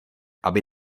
aby